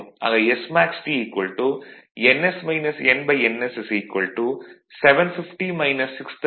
ஆக smaxT ns 750 0